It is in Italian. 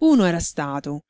uno era stato